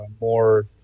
more